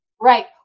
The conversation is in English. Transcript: right